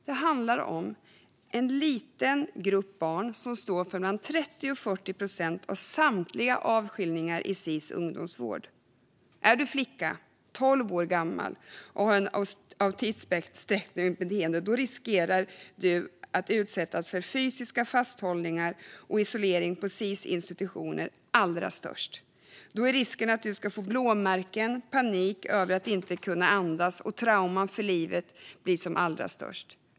Det handlar om en liten grupp barn som står för mellan 30 och 40 procent av samtliga avskiljningar i Sis ungdomsvård. Är du flicka, tolv år gammal och har ett autismspektrumbeteende är alltså risken som allra störst att du utsätts för fysiska fasthållningar och isolering på Sis-institutioner. Då är risken som allra störst att du får blåmärken, panik över att inte kunna andas och trauman för livet.